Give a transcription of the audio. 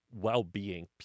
well-being